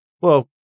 Well-